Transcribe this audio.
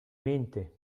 mente